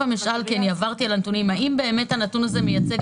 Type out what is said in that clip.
אני עברתי על הנתונים הנתון הזה מייצג